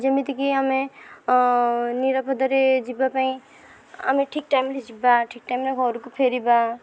ଯେମିତିକି ଆମେ ନିରାପଦରେ ଯିବାପାଇଁ ଆମେ ଠିକ୍ ଟାଇମରେ ଯିବା ଠିକ୍ ଟାଇମରେ ଘରକୁ ଫେରିବା